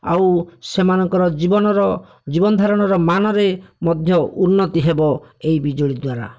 ଆଉ ସେମାନଙ୍କର ଜୀବନର ଜୀବନ ଧାରଣର ମାନରେ ମଧ୍ୟ ଉନ୍ନତି ହେବ ଏହି ବିଜୁଳି ଦ୍ୱାରା